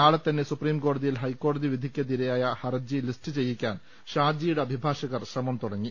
നാളെ തന്നെ സുപ്രീംകോടതിയിൽ ഹൈക്കോടതി വിധിക്കെതിരായ ഹർജി ലിസ്റ്റ് ചെയ്യിക്കാൻ ഷാജി യുടെ അഭിഭാഷകർ ശ്രമം തുടങ്ങി